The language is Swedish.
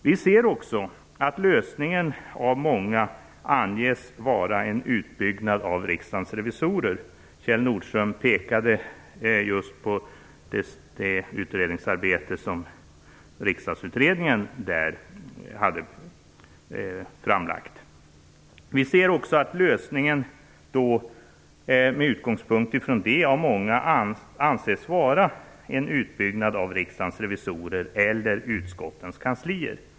Vi ser också att lösningen av många anses vara en utbyggnad av Riksdagens revisorer - Kjell Nordström pekade just på det utredningsarbete som Riksdagsutredningen hade framlagt - eller utskottens kanslier.